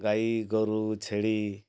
ଗାଈ ଗୋରୁ ଛେଳି